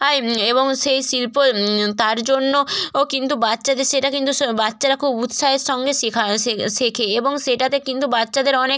আয় এবং সেই শিল্প তার জন্য ও কিন্তু বাচ্চাদের সেটা কিন্তু স বাচ্চারা খুব উৎসাহের সঙ্গে শেখানো শেখে এবং সেটাতে কিন্তু বাচ্চাদের অনেক